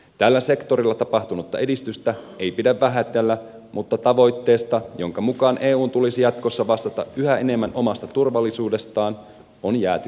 tällä sektorilla tapahtunutta edistystä ei pidä vähätellä mutta tavoitteesta jonka mukaan eun tulisi jatkossa vastata yhä enemmän omasta turvallisuudestaan on jääty kelkasta